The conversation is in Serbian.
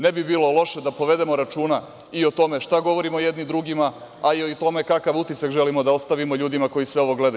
Ne bi bilo loše da povedemo računa i o tome šta govorimo jedni drugima, a i o tome kakav utisak želimo da ostavimo ljudima koji sve ovo gledaju.